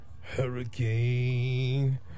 Hurricane